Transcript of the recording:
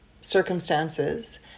circumstances